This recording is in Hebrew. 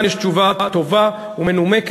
לכולן יש תשובה טובה ומנומקת,